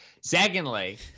Secondly